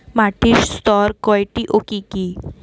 মাটির স্তর কয়টি ও কি কি?